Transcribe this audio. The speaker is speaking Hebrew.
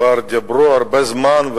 כבר דיברו הרבה זמן,